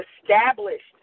established